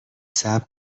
صبر